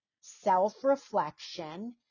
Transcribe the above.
self-reflection